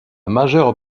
majeure